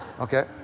Okay